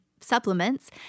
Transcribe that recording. supplements